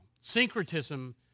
Syncretism